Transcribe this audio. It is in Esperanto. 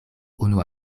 unu